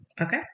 Okay